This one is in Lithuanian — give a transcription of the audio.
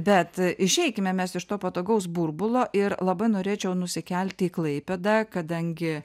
bet išeikime mes iš to patogaus burbulo ir labai norėčiau nusikelti į klaipėdą kadangi